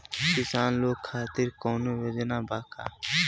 किसान लोग खातिर कौनों योजना बा का?